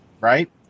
right